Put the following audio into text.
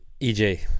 EJ